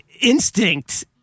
instinct